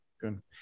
good